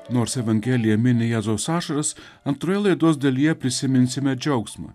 nors evangelija mini jėzaus ašaras antroje laidos dalyje prisiminsime džiaugsmą